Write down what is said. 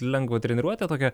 lengvą treniruotę tokią